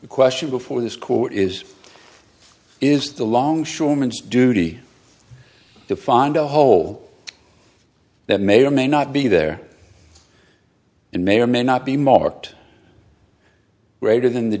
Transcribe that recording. the question before this court is is the longshoreman's duty to find a hole that may or may not be there and may or may not be marked greater than the